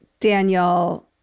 Daniel